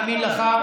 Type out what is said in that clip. אני מאמין לך,